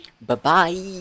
Bye-bye